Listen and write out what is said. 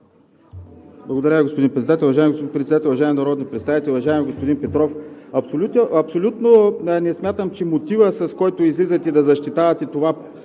Благодаря Ви, господин Председател. Уважаеми господин Председател, уважаеми народни представители! Уважаеми господин Петров, абсолютно не смятам, че мотивът, с който излизате да защитавате това